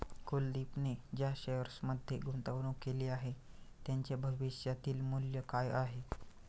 कुलदीपने ज्या शेअर्समध्ये गुंतवणूक केली आहे, त्यांचे भविष्यातील मूल्य काय आहे?